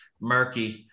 murky